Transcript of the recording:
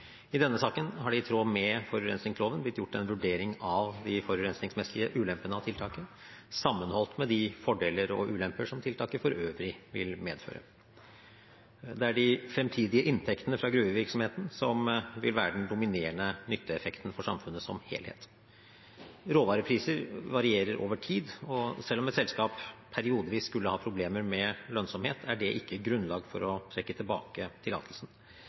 I denne saken har det i tråd med forurensningsloven blitt gjort en vurdering av de forurensningsmessige ulempene av tiltaket sammenholdt med de fordeler og ulemper som tiltaket for øvrig vil medføre. Det er de fremtidige inntektene fra gruvevirksomheten som vil være den dominerende nytteeffekten for samfunnet som helhet. Råvarepriser varierer over tid, og selv om et selskap periodevis skulle ha problemer med lønnsomhet, er det ikke grunnlag for å trekke tilbake tillatelsen.